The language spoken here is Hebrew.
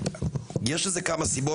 יש לזה כמה סיבות,